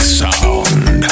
sound